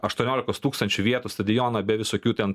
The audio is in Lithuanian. aštuoniolikos tūkstančių vietų stadioną be visokių ten